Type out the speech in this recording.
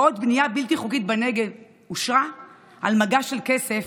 בעוד בנייה בלתי חוקית בנגב אושרה על מגש של כסף,